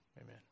Amen